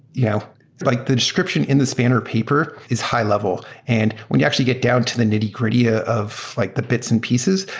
yeah like the description in the spanner paper is high-level. and when you actually get down to the nitty-gritty ah of like the bits and pieces,